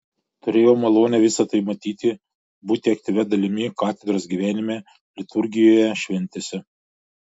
turėjau malonę visa tai matyti būti aktyvia dalimi katedros gyvenime liturgijoje šventėse